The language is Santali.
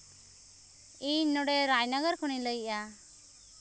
ᱤᱧ ᱱᱚᱰᱮ ᱨᱟᱡᱽᱱᱚᱜᱚᱨ ᱠᱷᱚᱱ ᱤᱧ ᱞᱟᱹᱭ ᱮᱫᱼᱟ